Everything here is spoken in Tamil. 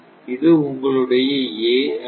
இது உங்களுடைய A அணி